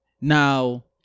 now